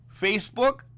Facebook